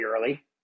early